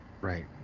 right